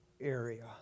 area